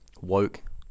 Woke